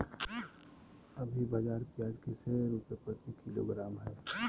अभी बाजार प्याज कैसे रुपए प्रति किलोग्राम है?